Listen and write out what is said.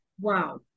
wow